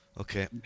Okay